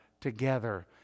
together